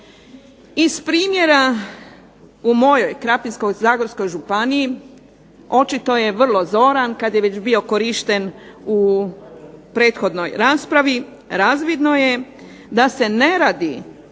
Iz primjera u mojoj Krapinsko-zagorskoj županiji očito je vrlo zoran kada je već bio korišten u prethodnoj raspravi razvidno je da se ne radi